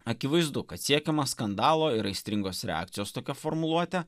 akivaizdu kad siekiama skandalo ir aistringos reakcijos tokia formuluote